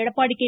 Edappadi K